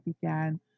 began